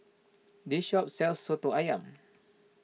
this shop sells Soto Ayam